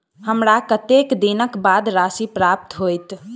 हमरा कत्तेक दिनक बाद राशि प्राप्त होइत?